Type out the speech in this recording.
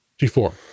g4